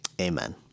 amen